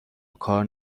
وکار